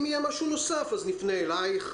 אם יהיה משהו נוסף אז נפנה אלייך.